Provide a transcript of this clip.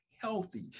healthy